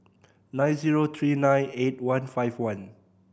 nine zero three nine eight one five one